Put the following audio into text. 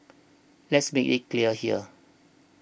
let's make it clear here